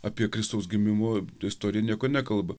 apie kristaus gimimo istoriją nieko nekalba